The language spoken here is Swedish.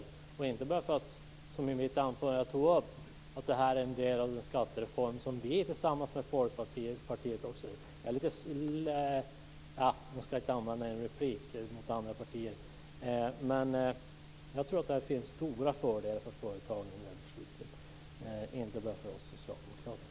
Jag säger inte heller det för att det här, som jag också sade i mitt anförande, är en del av den skattereform som vi tillsammans med Folkpartiet, som jag förresten är lite... Nej, man skall inte använda en replik mot andra partier. Men jag tror att det finns stora fördelar för företagen i det här beslutet, inte bara för oss socialdemokrater.